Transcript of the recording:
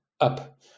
up